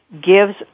gives